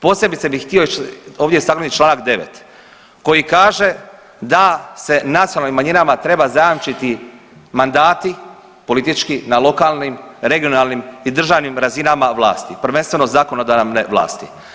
Posebice bi htio ovdje istaknuti čl. 9. koji kaže da se nacionalnim manjinama treba zajamčiti mandati politički na lokalnim, regionalnim i državnim razinama vlasti, prvenstveno zakonodavne vlasti.